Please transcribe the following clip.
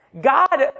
God